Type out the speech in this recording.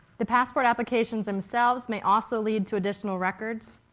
the passport applications themselves may ah so lead to additional records,